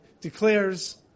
declares